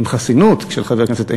עם חסינות של חבר כנסת,